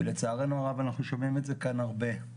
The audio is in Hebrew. ולצערנו הרב אנחנו שומעים את זה כאן הרבה,